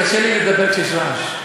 קשה לי לדבר כשיש רעש.